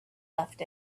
left